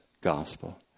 gospel